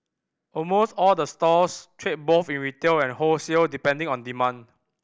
almost all the stores trade both in retail and wholesale depending on demand